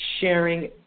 sharing